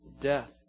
Death